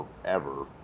forever